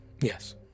yes